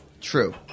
True